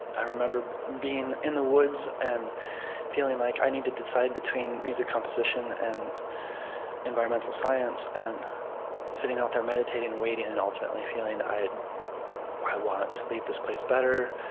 i remember being in the woods and feeling like i needed to decide between music composition and environmental science and sitting out there meditating and waiting and ultimately feeling, i i want to leave this place better.